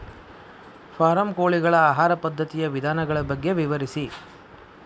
form ಕೋಳಿಗಳ ಆಹಾರ ಪದ್ಧತಿಯ ವಿಧಾನಗಳ ಬಗ್ಗೆ ವಿವರಿಸಿ